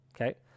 Okay